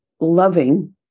loving